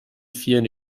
vieren